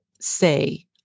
say